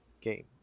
game